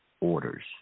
orders